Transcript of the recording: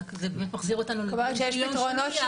זה מחזיר אותנו לדיון של יום שני.